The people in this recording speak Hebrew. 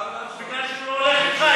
בגלל שהוא לא הולך איתך.